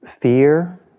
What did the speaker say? Fear